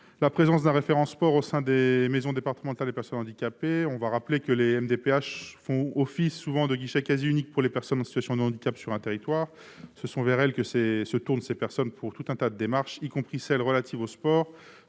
la présence d'un référent sport au sein des maisons départementales des personnes handicapées, qui font souvent office de guichet quasi unique pour les personnes en situation de handicap dans les territoires. Ce sont vers elles que se tournent ces personnes pour nombre de démarches, y compris celles relatives au sport